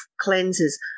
cleanses